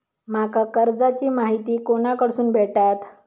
माका कर्जाची माहिती कोणाकडसून भेटात?